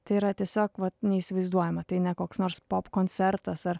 tai yra tiesiog neįsivaizduojama tai ne koks nors pop koncertas ar